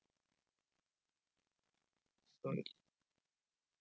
sorry